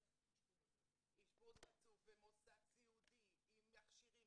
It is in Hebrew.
באשפוז רצוף ומוסד סיעודי עם מכשירים,